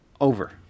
over